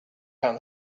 found